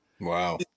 Wow